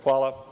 Hvala.